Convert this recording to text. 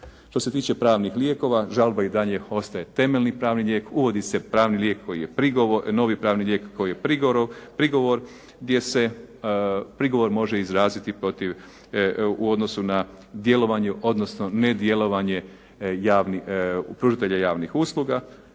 Što se tiče pravnih lijekova žalba i dalje ostaje temeljni pravni lijek. Uvodi se pravni lijek koji je prigovor, gdje se prigovor može izraziti u odnosu na djelovanje, odnosno ne djelovanje pružitelja javnih usluga.